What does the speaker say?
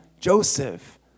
Joseph